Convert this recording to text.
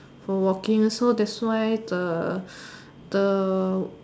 for working so that's why the the